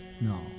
No